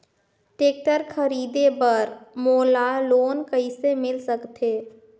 Tractor खरीदे बर मोला लोन कइसे मिल सकथे?